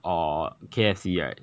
or K_F_C right